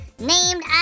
named